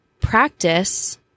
practice